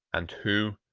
and who,